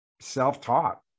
self-taught